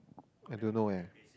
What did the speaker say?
I don't know eh